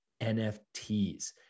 NFTs